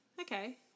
Okay